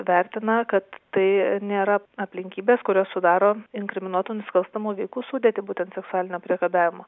vertina kad tai nėra aplinkybės kurias sudaro inkriminuotų nusikalstamų veikų sudėtį būtent seksualinio priekabiavimo